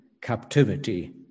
captivity